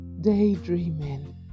daydreaming